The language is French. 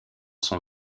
son